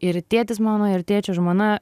ir tėtis mano ir tėčio žmona